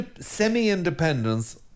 semi-independence